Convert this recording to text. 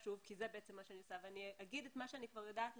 מה שאני רואה פה בצד בפינה השמאלית למטה?